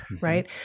Right